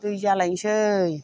दै जालायनोसै